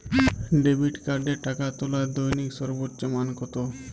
Debit কার্ডে টাকা তোলার দৈনিক সর্বোচ্চ মান কতো?